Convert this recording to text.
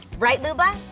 right luba?